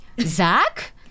Zach